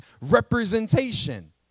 representation